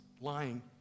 lying